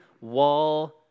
wall